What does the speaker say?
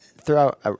throughout